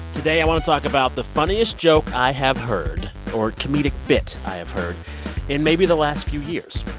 today i want to talk about the funniest joke i have heard or comedic bit i have heard in maybe the last few years.